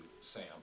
Sam